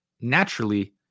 naturally